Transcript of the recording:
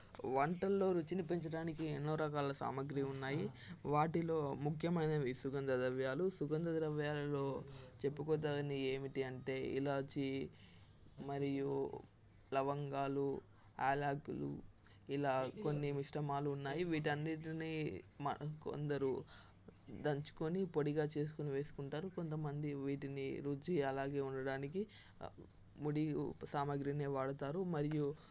వంటలలో రుచిని పెంచడానికి ఎన్నో రకాల సామాగ్రి ఉన్నాయి వాటిలో ముఖ్యమైనవి సుగంధ ద్రవ్యాలు సుగంధ ద్రవ్యాలలో చెప్పుకోదగినవి ఏంటంటే ఇలాచి మరియు లవంగాలు యాలాకులు ఇలా కొన్ని మిశ్రమాలు ఉన్నాయి వీటి అన్నింటిని మనం కొందరు దంచుకొని పొడిగా చేసుకుని వేసుకుంటారు కొంతమంది వీటిని రుచి అలాగే ఉండడానికి ముడి ఉ సామాగ్రిని వాడుతారు మరియు